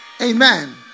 Amen